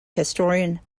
historian